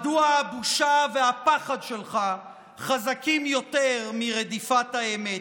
מדוע הבושה והפחד שלך חזקים יותר מרדיפת האמת?